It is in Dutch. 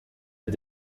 het